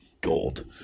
gold